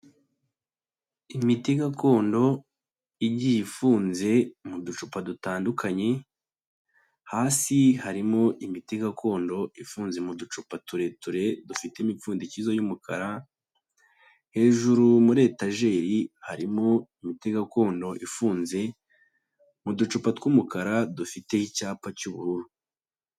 Imiti gakondo igiye ifunze mu ducupa dutandukanye, hasi harimo imiti gakondo ifunze mu ducupa tureture dufite imipfundikize y'umukara, hejuru muri etajeri harimo imiti gakondo ifunze mu ducupa tw'umukara dufite icyapa cy'ubururu.